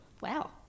Wow